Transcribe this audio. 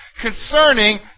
concerning